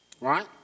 Right